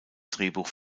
drehbuch